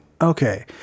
Okay